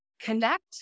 connect